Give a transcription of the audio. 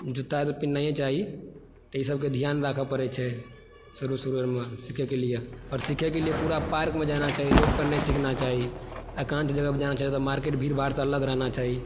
जूता तऽ पिन्हनाहिए चाही ई सबके ध्यान राखऽ पड़ै छै शुरु शुरु सिखयके लिए और सिखयके लिए पुरा पार्कमे जाना चाही रोड पर नहि सीखना चाही एकान्त जगह पर जाना चाही ओतऽ मार्केट भीड़ भाड़सँ अलग रहना चाही